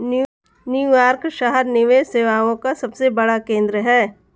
New York शहर निवेश सेवाओं का सबसे बड़ा केंद्र है